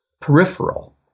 peripheral